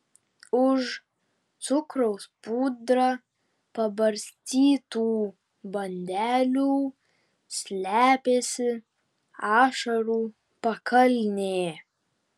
už cukraus pudra pabarstytų bandelių slepiasi ašarų pakalnė